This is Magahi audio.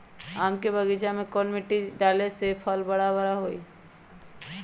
आम के बगीचा में कौन मिट्टी डाले से फल बारा बारा होई?